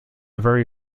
very